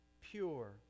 pure